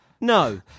No